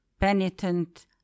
penitent